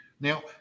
Now